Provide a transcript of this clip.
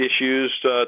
issues